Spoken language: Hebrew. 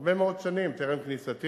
הרבה מאוד שנים, טרם כניסתי,